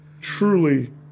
truly